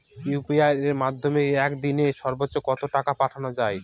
UPI এর মাধ্যমে এক দিনে সর্বচ্চ কত টাকা পাঠানো যায়?